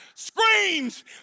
screams